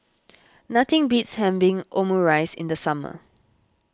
nothing beats having Omurice in the summer